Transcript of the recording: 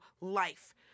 life